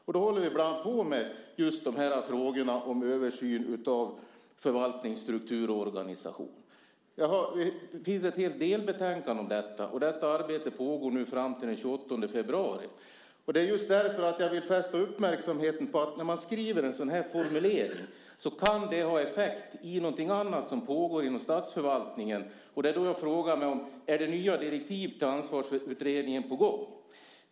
Vi håller bland annat på med de här frågorna om översyn av förvaltning, struktur och organisation. Det finns ett helt delbetänkande om detta, och detta arbete pågår nu fram till den 28 februari. Det är just därför jag vill fästa uppmärksamheten på att när man skriver en sådan här formulering kan det ha effekt på någonting annat som pågår inom statsförvaltningen. Det är då jag frågar mig: Är det nya direktiv till Ansvarsutredningen på gång?